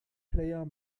player